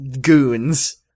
goons-